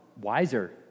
wiser